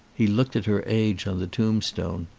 he looked at her age on the tombstone.